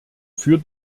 für